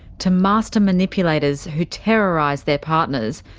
to master manipulators who terrorise their partners,